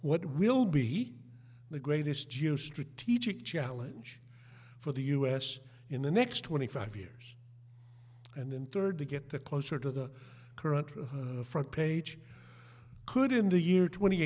what will be the greatest geo strategic challenge for the us in the next twenty five years and then third to get a closer to the current front page could in the year twenty